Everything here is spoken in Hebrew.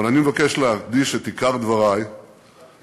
אבל אני מבקש להקדיש את עיקר דברי לשלושה